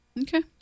Okay